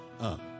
up